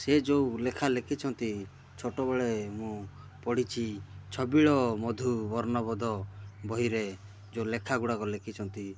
ସେ ଯେଉଁ ଲେଖା ଲେଖିଛନ୍ତି ଛୋଟ ବେଳେ ମୁଁ ପଢ଼ିଛି ଛବିଳ ମଧୁ ବର୍ଣ୍ଣବୋଧ ବହିରେ ଯେଉଁ ଲେଖାଗୁଡ଼ାକ ଲେଖିଛନ୍ତି